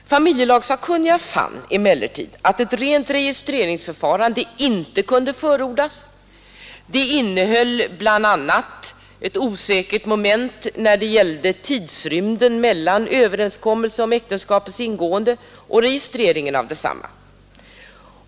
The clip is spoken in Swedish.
Familjelagssakkunniga fann emellertid att ett rent registreringsförfarande inte kunde förordas. Det innehåller bl.a. ett osäkert moment när det gällde tidsrymden mellan överenskommelse om äktenskapets ingående och registrering av detsamma.